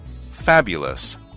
Fabulous